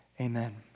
amen